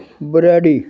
Brady